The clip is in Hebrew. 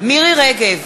מירי רגב,